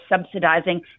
subsidizing